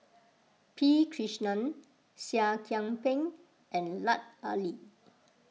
P Krishnan Seah Kian Peng and Lut Ali